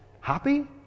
Happy